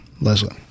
Leslie